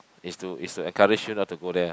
is to is to encourage you not to go there ah